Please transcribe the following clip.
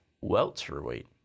welterweight